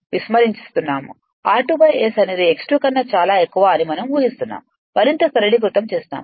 r2 S అనేది x 2 కన్నా చాలా ఎక్కువ అని మనం ఊహిస్తున్నాము మరింత సరళీకృతం చేస్తాము